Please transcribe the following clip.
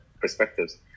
perspectives